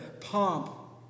pomp